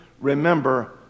remember